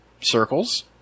circles